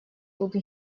тут